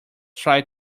tried